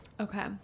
Okay